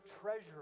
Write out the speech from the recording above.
treasure